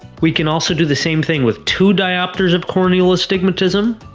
we can also do the same thing with two diopters of corneal astigmatism,